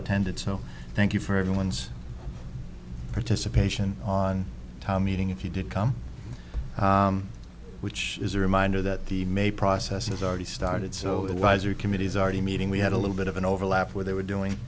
attended so thank you for everyone's participation on time meeting if you did come which is a reminder that the may process is already started so the wiser committees are the meeting we had a little bit of an overlap where they were doing